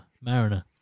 Mariner